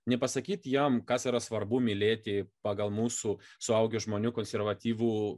nepasakyti jam kas yra svarbu mylėti pagal mūsų suaugę žmonių konservatyvų